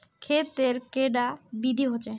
खेत तेर कैडा विधि होचे?